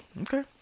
Okay